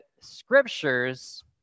scriptures